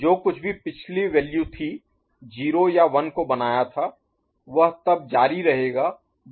तो जो कुछ भी पिछले वैल्यू 0 या 1 को बनाया था वह तब जारी रहेगा जब यह दोनों 0 होते हैं